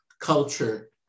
culture